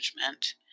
management